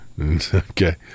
Okay